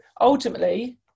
ultimately